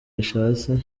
bishatse